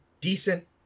decent